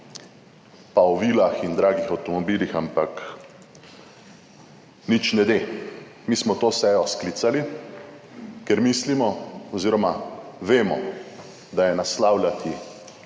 pa o vilah in dragih avtomobilih, ampak nič ne de. Mi smo to sejo sklicali, ker mislimo oz. vem, da je naslavljati